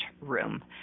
room